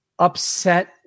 upset